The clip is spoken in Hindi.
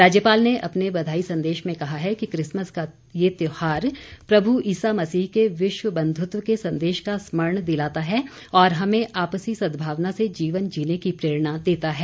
राज्यपाल ने अपने बधाई संदेश में कहा है कि क्रिसमस का यह त्यौहार प्रभु यीशु मसीह के विश्व बंधुत्व के संदेश का स्मरण दिलाता है और हमें आपसी सद्भावना से जीवन जीने की प्रेरणा देता है